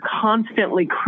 constantly